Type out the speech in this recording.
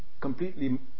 completely